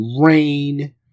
rain